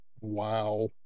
Wow